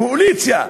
קואליציה,